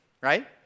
right